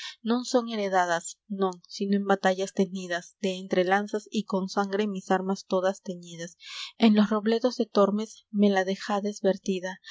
non son heredadas non sino en batallas tenidas de entre lanzas y con sangre mis armas todas teñidas en los robledos de tormes me la dejades